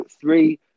Three